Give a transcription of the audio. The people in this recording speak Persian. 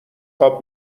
خواب